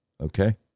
okay